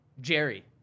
Jerry